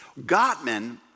Gottman